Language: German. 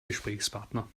gesprächspartner